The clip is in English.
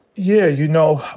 yeah, you know,